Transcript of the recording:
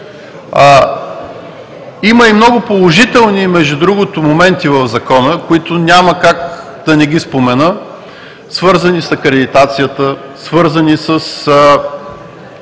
и много положителни моменти в Закона, които няма как да не ги спомена, свързани с акредитацията, свързани с